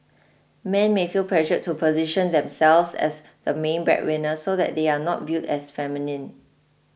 men may feel pressured to position themselves as the main breadwinner so that they are not viewed as feminine